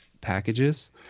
packages